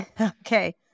Okay